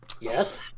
yes